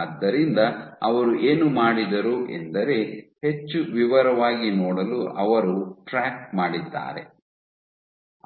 ಆದ್ದರಿಂದ ಅವರು ಏನು ಮಾಡಿದರು ಎಂದರೆ ಹೆಚ್ಚು ವಿವರವಾಗಿ ನೋಡಲು ಅವರು ಟ್ರ್ಯಾಕ್ ಮಾಡಿದ್ದಾರೆ